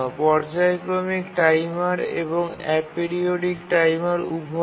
পর্যায়ক্রমিক টাইমার এবং aperiodic timer উভয়ই